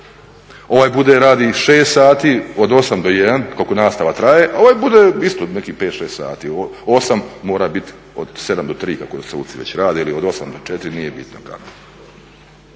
Ovaj budi radi 6 sati, od 8 do 1, koliko nastava traje, a ovaj bude nekih 5, 6 sati, 8 mora biti, od 7 do 3 kako suci već rade ili od 8 do 4, nije bitno kako.